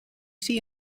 see